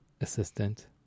assistant